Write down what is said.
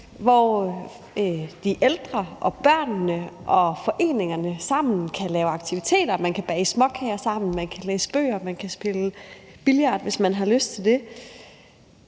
hvor de ældre og børnene og foreningerne sammen kan lave aktiviteter. Man kan bage småkager sammen, man kan læse bøger, og man kan spille billard, hvis man har lyst til det.